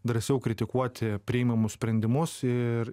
drąsiau kritikuoti priimamus sprendimus ir